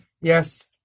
Yes